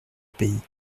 pays